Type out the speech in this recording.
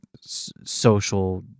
social